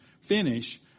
finish